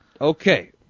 Okay